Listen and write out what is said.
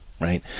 right